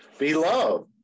Beloved